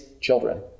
children